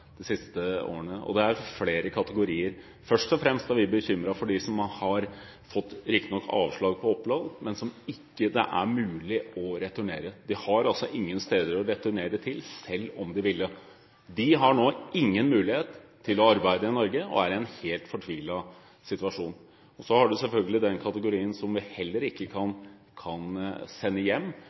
flere kategorier. Først og fremst er vi bekymret for dem som riktignok har fått avslag på opphold, men som det ikke er mulig å returnere. De har ingen steder å returnere til, selv om de vil. De har nå ingen mulighet til å arbeide i Norge og er i en helt fortvilet situasjon. Så har vi selvfølgelig den kategorien som vi heller ikke kan sende hjem,